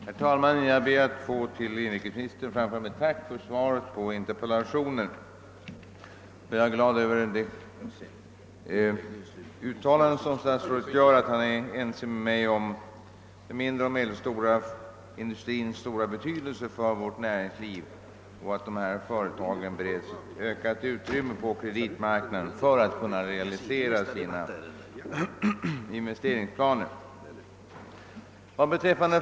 Herr talman! Jag ber att till inrikesministern få framföra mitt tack för svaret på interpellationen. Jag är glad över statsrådets uttalande att han är ense med mig om den mindre och medelstora industrins betydelse för näringslivet och om behovet av att dessa företag bereds ökat utrymme på kreditmarknaden för att kunna realisera sina investeringsplaner.